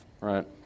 right